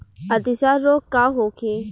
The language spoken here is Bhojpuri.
अतिसार रोग का होखे?